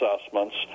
assessments